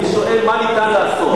אני שואל: מה ניתן לעשות?